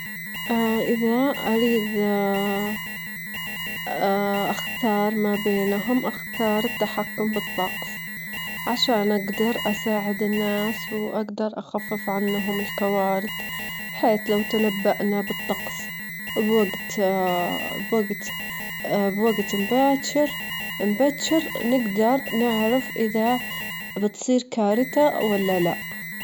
أحب إني أروح رحلة مع شريك حياتي، لأن الرحلات معه تعطيني فرصة للأستمتاع مع الشخص اللي تهتمين له، لكن الرحلات مع االأسرة- والأصحاب حلوة بعد بس لأنها مليانة ضحك وذكريات.